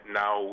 now